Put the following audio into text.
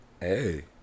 Hey